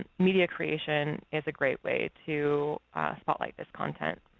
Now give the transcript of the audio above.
media creation is a great way to spotlight this content.